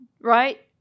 right